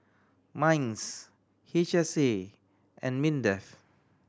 MINDS H S A and MINDEF